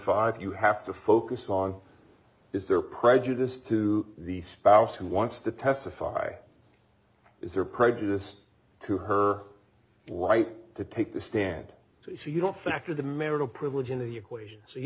five you have to focus on is there prejudice to the spouse who wants to testify is there prejudice to her light to take the stand so you don't factor the marital privilege into the equation s